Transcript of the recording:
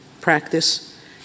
practice